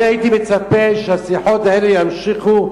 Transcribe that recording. אני הייתי מצפה שהשיחות האלה יימשכו,